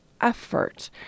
effort